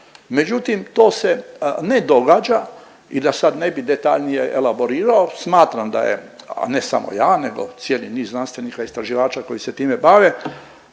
međutim to se ne događa i da sad ne bi detaljnije elaborirao smatram da je, a ne samo ja nego cijeli niz znanstvenika, istraživača koji se time bave,